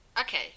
Okay